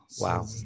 wow